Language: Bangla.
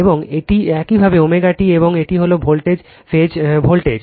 এবং এটি একইভাবে ω t এবং এটি হল ভোল্টেজ ফেজ ভোল্টেজ